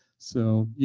so you